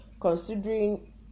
considering